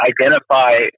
identify